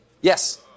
Yes